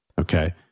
Okay